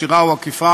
ישירה או עקיפה,